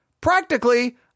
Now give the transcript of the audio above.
Practically